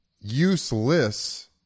useless